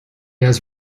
has